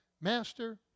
Master